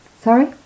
sorry